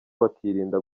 bakirinda